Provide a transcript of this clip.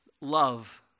love